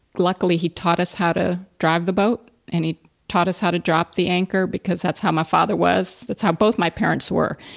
luckily, he taught us how to drive the boat and he taught us how to drop the anchor because that's how my father was that's how both my parents were.